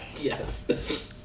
Yes